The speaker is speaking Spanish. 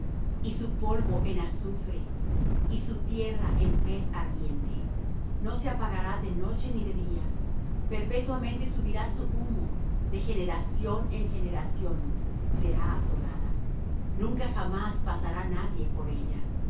y su polvo en azufre y su tierra en pez ardiente no se apagará de noche ni de día perpetuamente subirá su humo de generación en generación será asolada nunca jamás pasará nadie por ella